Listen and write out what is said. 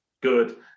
good